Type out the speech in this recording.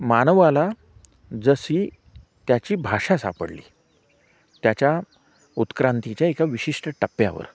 मानवाला जशी त्याची भाषा सापडली त्याच्या उत्क्रांतीच्या एका विशिष्ट टप्यावर